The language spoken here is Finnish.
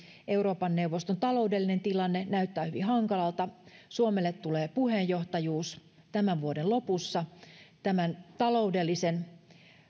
euroopan neuvoston taloudellinen tilanne näyttää hyvin hankalalta suomelle tulee puheenjohtajuus tämän vuoden lopussa tämän taloudellisen